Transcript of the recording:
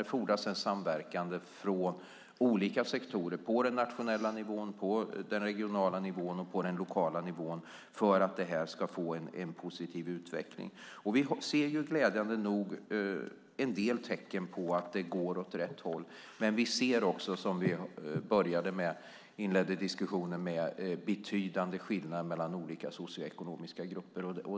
Det fordras en samverkan från olika sektorer, på den nationella nivån, på den regionala nivån och på den lokala nivån för att detta ska få en positiv utveckling. Vi ser glädjande nog en del tecken på att det går åt rätt håll. Men vi ser också, som vi inledde diskussionen med att säga, betydande skillnader mellan olika socioekonomiska grupper.